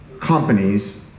companies